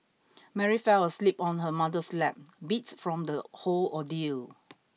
Mary fell asleep on her mother's lap beat from the whole ordeal